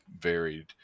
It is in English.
varied